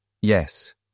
yes